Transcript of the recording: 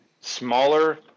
smaller